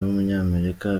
w’umunyamerika